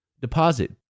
deposit